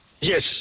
Yes